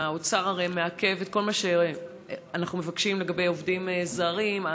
האוצר הרי מעכב את כל מה שאנחנו מבקשים לגבי עובדים זרים.